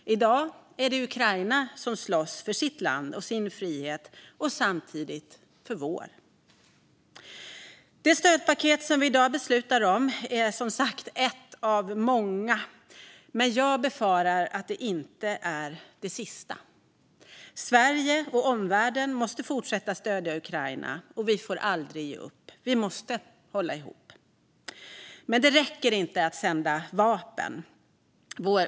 I dag är det Ukraina som slåss för sitt land och sin frihet och samtidigt för vår frihet. Det stödpaket som vi i dag beslutar om är som sagt ett av många, men jag befarar att det inte är det sista. Sverige och omvärlden måste fortsätta att stödja Ukraina, och vi får aldrig ge upp. Vi måste hålla ihop. Men det räcker inte att sända vapen.